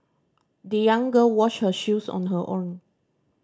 the young girl washed her shoes on her own